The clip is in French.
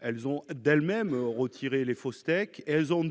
Elles ont d'elles-mêmes retiré les faux steaks. Ce faisant, elles